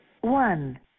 One